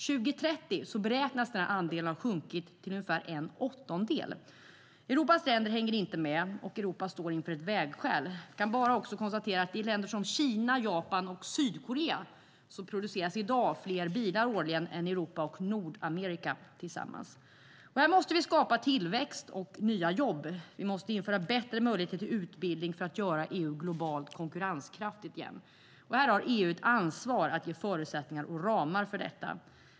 2030 beräknas andelen ha minskat till ungefär en åttondel. Europas länder hänger inte med. Europa står inför ett vägskäl. Jag kan bara konstatera att i länder som Kina, Japan och Sydkorea produceras i dag fler bilar årligen än i Europa och Nordamerika tillsammans. Här måste vi skapa tillväxt och nya jobb. Vi måste införa bättre möjligheter till utbildning för att göra EU globalt konkurrenskraftigt igen. EU har ett ansvar för att ge förutsättningar och ramar för detta.